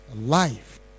life